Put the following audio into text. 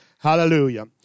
Hallelujah